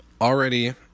already